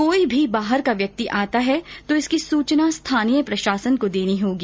कोई भी बाहर का व्यक्ति आता है तो इसकी सुचना स्थानीय प्रशासन को देनी होगी